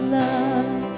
love